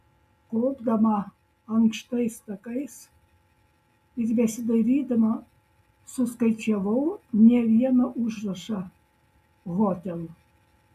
kopdama ankštais takais ir besidarydama suskaičiavau ne vieną užrašą hotel